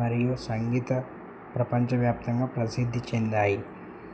మరియు సంగీత ప్రపంచవ్యాప్తంగా ప్రసిద్ధి చెందాయి